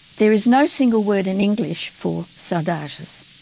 there is no single word in english for saudages.